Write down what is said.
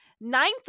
ninth